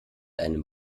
einem